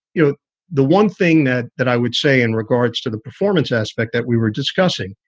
you know the one thing that that i would say in regards to the performance aspect that we were discussing,